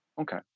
Okay